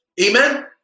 Amen